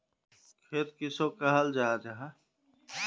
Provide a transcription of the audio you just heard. खेत किसोक कहाल जाहा जाहा?